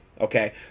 okay